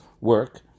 work